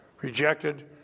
rejected